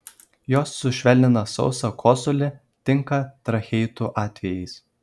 jos sušvelnina sausą kosulį tinka tracheitų atvejais